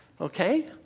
Okay